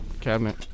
cabinet